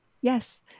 Yes